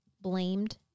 blamed